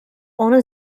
ohne